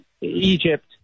Egypt